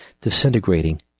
disintegrating